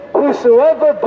whosoever